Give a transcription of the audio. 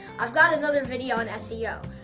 i've got another video on seo,